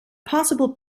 possible